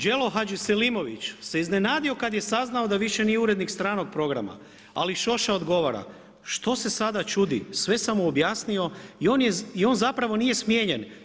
Đelo Hadžiselimović se iznenadio kad je saznao da više nije urednik stranog programa, ali Šoša odgovara: „Što se sada čudi, sve sam mu objasnio i on zapravo nije smijenjen.